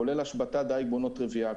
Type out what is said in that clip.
כולל השבתת דייג בעונות רבייה,